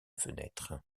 fenêtre